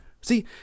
See